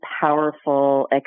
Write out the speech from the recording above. powerful